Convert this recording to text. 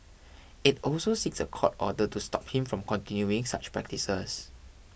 it also seeks a court order to stop him from continuing such practices